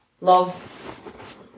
Love